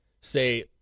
say